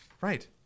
Right